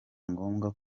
ngombwa